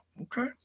okay